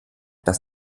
das